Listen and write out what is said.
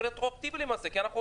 300